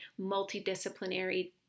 multidisciplinary